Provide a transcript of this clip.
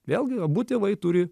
vėlgi abu tėvai turi